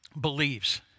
believes